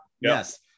Yes